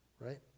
right